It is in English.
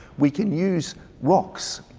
we can use rocks.